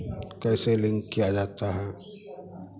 कैसे लिंक किया जाता है